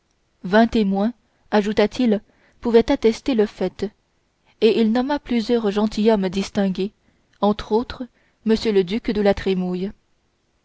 vingt témoins ajouta-t-il pouvaient attester le fait et il nomma plusieurs gentilshommes distingués entre autres m le duc de la trémouille